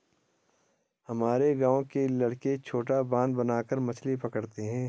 हमारे गांव के लड़के छोटा बांध बनाकर मछली पकड़ते हैं